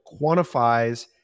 quantifies